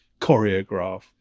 choreograph